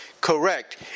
correct